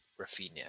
Rafinha